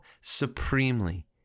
supremely